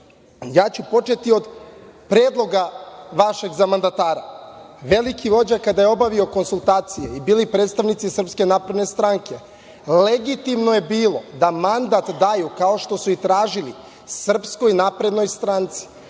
ću početi od predloga vašeg za mandatara, veliki vođa kada je obavio konsultacije i bili predstavnici Srpske napredne stranke, legitimno je bilo da mandat daju, kao što su i tražili, Srpskoj naprednoj stranci.